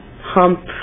hump